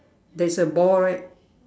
there is a ball right